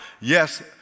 Yes